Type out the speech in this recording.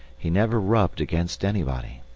he never rubbed against anybody.